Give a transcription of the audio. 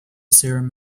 serum